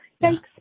Thanks